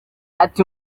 ati